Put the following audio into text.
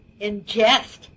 ingest